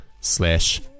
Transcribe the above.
slash